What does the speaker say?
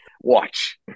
Watch